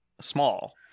small